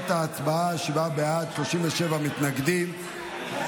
37 נמנעים,